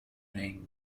name